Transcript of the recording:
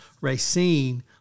Racine